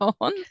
on